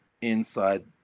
inside